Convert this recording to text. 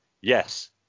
yes